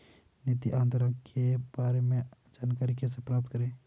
निधि अंतरण के बारे में जानकारी कैसे प्राप्त करें?